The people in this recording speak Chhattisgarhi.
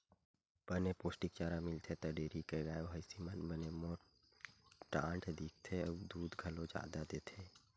बने पोस्टिक चारा मिलथे त डेयरी के गाय, भइसी मन बने मोठ डांठ दिखथे अउ दूद घलो जादा देथे